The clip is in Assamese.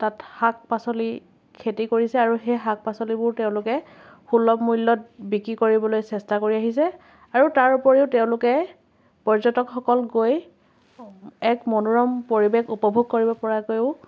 তাত শাক পাচলি খেতি কৰিছে আৰু সেই শাক পাচলিবোৰ তেওঁলোকে সুলভ মূল্য়ত বিক্ৰী কৰিবলৈ চেষ্টা কৰি আহিছে আৰু তাৰ উপৰিও তেওঁলোকে পৰ্যটকসকল গৈ এক মনোৰম পৰিৱেশ উপভোগ কৰিব পৰাকৈও